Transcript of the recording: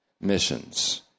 missions